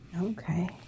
Okay